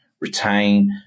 retain